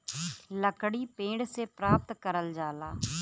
लकड़ी पेड़ से प्राप्त करल जाला